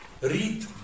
read